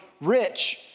rich